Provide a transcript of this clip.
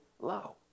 low